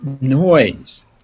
noise